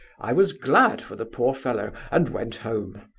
i was glad for the poor fellow, and went home.